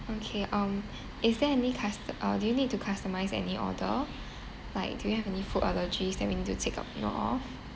okay um is there any custo~ uh do you need to customise any order like do you have any food allergies let me to take note of